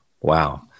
wow